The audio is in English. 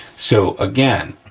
so, again,